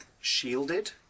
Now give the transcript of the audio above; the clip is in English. shielded